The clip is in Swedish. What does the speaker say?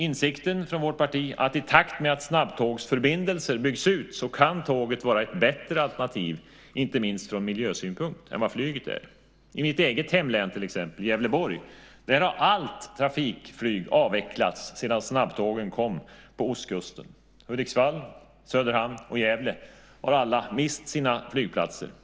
Vi har samtidigt i vårt parti insikten att i takt med att snabbtågsförbindelser byggs ut kan tåget vara ett bättre alternativ än flyget, inte minst från miljösynpunkt. I till exempel mitt hemlän Gävleborg har allt trafikflyg avvecklats sedan snabbtågen började gå på Ostkustbanan. Hudiksvall, Söderhamn och Gävle har alla mist sina flygplatser.